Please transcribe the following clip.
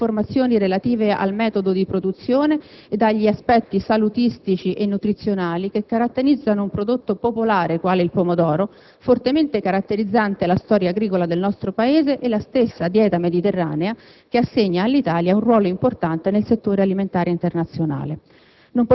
Accanto all'origine dei prodotti, AN auspica che possano essere poste anche le informazioni relative al metodo di produzione ed agli aspetti salutistici e nutrizionali che caratterizzano un prodotto popolare, quale il pomodoro, fortemente caratterizzante la storia agricola del nostro Paese e la stessa dieta mediterranea